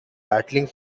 battling